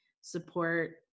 support